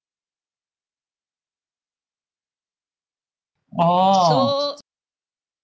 oh